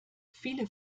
viele